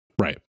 Right